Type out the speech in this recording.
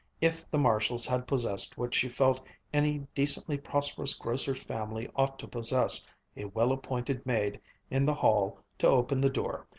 if the marshalls had possessed what she felt any decently prosperous grocer's family ought to possess a well-appointed maid in the hall to open the door,